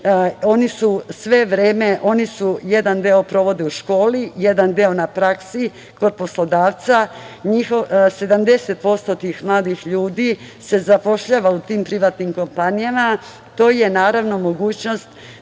kompetencije. Oni jedan deo provode u školi, jedan deo na praksi kod poslodavca, 70% tih mladih ljudi se zapošljava u tim privatnim kompanijama. To je naravno mogućnost